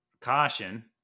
caution